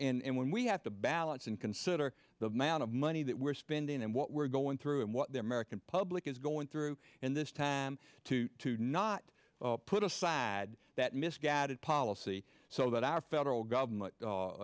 more and when we have to balance and consider the amount of money that we're spending and what we're going through and what the american public is going through in this time to not put aside that mister added policy so that our federal government